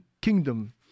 kingdom